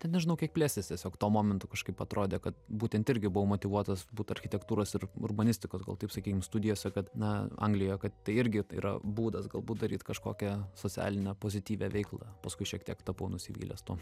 ten nežinau kiek plėstis tiesiog tuo momentu kažkaip atrodė kad būtent irgi buvau motyvuotas būt architektūros ir urbanistikos gal taip sakykim studijose kad na anglijoje kad tai irgi yra būdas galbūt daryt kažkokią socialinę pozityvią veiklą paskui šiek tiek tapau nusivylęs tuo